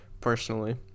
personally